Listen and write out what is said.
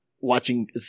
watching